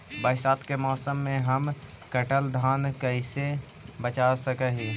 बरसात के मौसम में हम कटल धान कैसे बचा सक हिय?